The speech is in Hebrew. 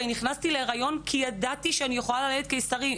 אומרות לי שנכנסו להיריון כי ידעו שיש את הניתוח הזה,